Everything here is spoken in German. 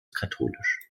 katholisch